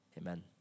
Amen